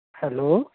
hello